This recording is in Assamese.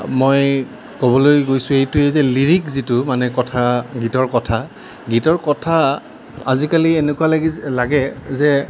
মই ক'বলৈ গৈছোঁ এইটোৱে যে লিৰিক যিটো মানে কথা গীতৰ কথা গীতৰ কথা আজিকালি এনেকুৱা লাগি লাগে যে